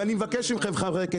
ואני מבקש ממכם חברה,